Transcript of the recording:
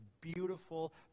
beautiful